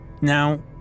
Now